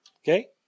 Okay